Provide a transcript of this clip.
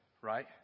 right